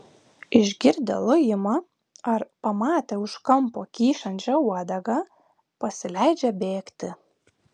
išgirdę lojimą ar pamatę už kampo kyšančią uodegą pasileidžia bėgti